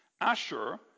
Asher